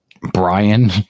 Brian